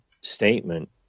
statement